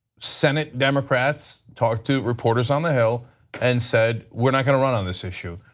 senate democrats talked to reporters on the hill and said we aren't going to run on this issue,